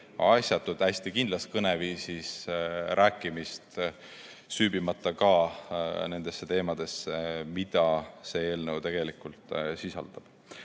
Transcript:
hästi kindlas kõneviisis rääkimist, süüvimata nendesse teemadesse, mida see eelnõu tegelikult sisaldab.